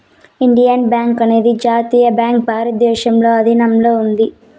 Indian Bank అనేది జాతీయ bank భారతదేశంలో ఆధీనంలో ఉంది